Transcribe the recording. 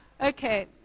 Okay